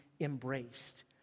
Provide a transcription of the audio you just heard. embraced